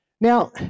Now